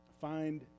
Find